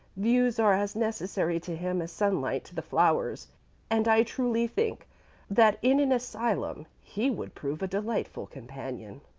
views are as necessary to him as sunlight to the flowers and i truly think that in an asylum he would prove a delightful companion.